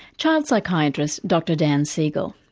child psychiatrist dr dan siegel.